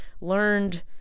learned